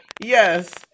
yes